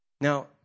Now